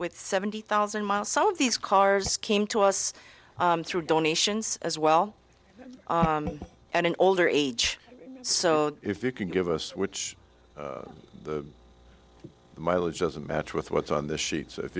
with seventy thousand miles some of these cars came to us through donations as well and an older age so if you can give us which mileage doesn't match with what's on the sheet so if